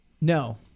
No